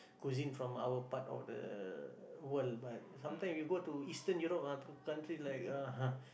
cuisine from our part of the world but sometime you go to eastern Europe ah country like uh